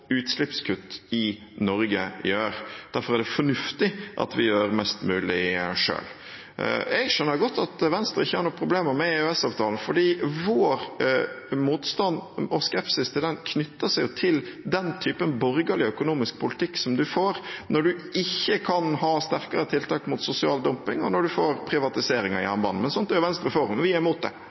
utslippskutt i Norge gjør. Derfor er det fornuftig at vi gjør mest mulig selv. Jeg skjønner godt at Venstre ikke har noen problemer med EØS-avtalen. Vår motstand og skepsis til den knytter seg til den typen borgerlig økonomisk politikk som en får når en ikke kan ha sterkere tiltak mot sosial dumping, og når en får privatisering av jernbanen. Men sånt er Venstre for, vi er imot det.